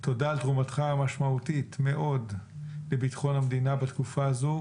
תודה על תרומתך המשמעותית מאוד לביטחון המדינה בתקופה הזאת,